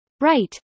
Right